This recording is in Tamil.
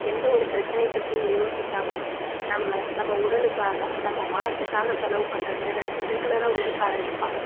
எந்த ஒரு பிரச்சனை பற்றியும் யோசிக்காமல் நம்ம நம்ம உடலுக்காக நம்ம மனதுக்கா செலவு பண்ணுற நேரம் ரெகுலராக ஒதுக்க ஆரம்பிப்பாங்க